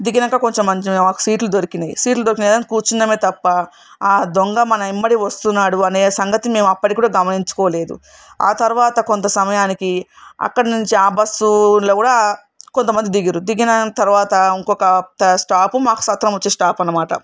దిగినాక కొంచెం సీట్లు దొరికినాయి సీట్లు దొరికినాయి కదా అని కూర్చున్నామే తప్ప ఆ దొంగ మన అంబడే వస్తున్నాడు అనే సంగతి మేము అప్పటికి కూడా గమనించుకోలేదు ఆ తర్వాత కొంత సమయానికి అక్కడి నుంచి ఆ బస్సులో కూడా కొంతమంది దిగారు దిగిన తర్వాత ఇంకొక స్టాప్ మాకు సత్రం వచ్చే స్టాప్ అన్నమాట